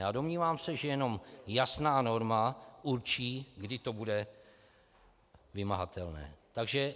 A domnívám se, že jenom jasná norma určí, kdy to bude vymahatelné.